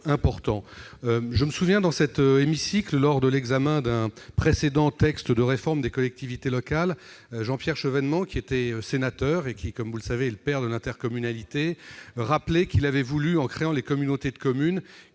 Je me souviens que, dans cet hémicycle, lors de l'examen d'un précédent texte de réforme des collectivités locales, Jean-Pierre Chevènement, qui était sénateur et qui est, comme vous le savez, le père de l'intercommunalité, avait rappelé qu'en créant les communautés de communes,